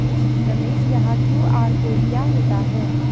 रमेश यह QR code क्या होता है?